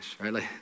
right